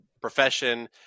profession